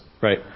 Right